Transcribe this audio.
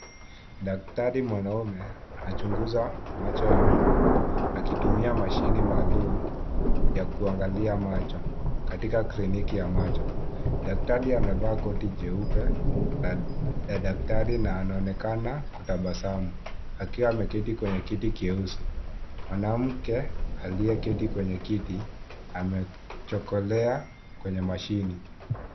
Daktari mwanaume anachunguza macho ya mtu, akitumia machine maalum ya kuangalia macho, katika kliniki ya macho . Daktari amevaa koti jeupe la daktari na anaonekana kutabasamu, akiwa ameketi kwenye kiti kyeusi. Mwanamke aliyeketi kwenye kiti, amechokolea kwenye machine .